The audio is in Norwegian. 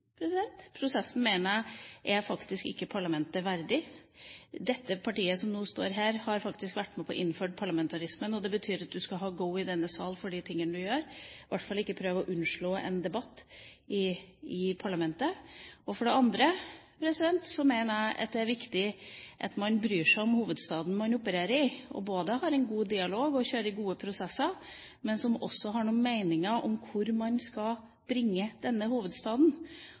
mener at prosessen faktisk ikke er parlamentet verdig. Det partiet som nå står her, har faktisk vært med på å innføre parlamentarismen, og det betyr at du skal ha «go» i denne sal for de tingene du gjør, i hvert fall ikke prøve å unnslå en debatt i parlamentet. For det andre mener jeg at det er viktig at man bryr seg om hovedstaden, som man opererer i, og har en god dialog og kjører gode prosesser, men at man også har noen meninger om hvor man skal bringe denne hovedstaden.